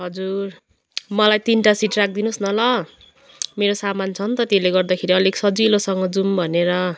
हजुर मलाई तिनटा सिट राखिदिनुहोस् न ल मेरो सामान छ नि त त्यसले गर्दाखेरि अलिक सजिलोसँग जाउँ भनेर